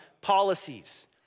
policies